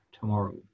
tomorrow